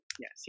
Yes